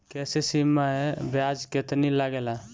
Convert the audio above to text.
KCC मै ब्याज केतनि लागेला?